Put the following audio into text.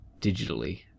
digitally